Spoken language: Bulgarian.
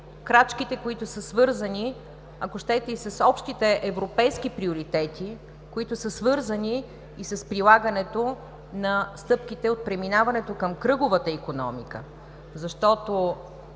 крачките, които са свързани, ако щете, и с общите европейски приоритети, свързани и с прилагането на стъпките от преминаването към кръговата икономика. Защото